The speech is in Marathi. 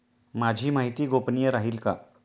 माझी माहिती गोपनीय राहील का?